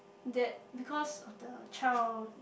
that because of the child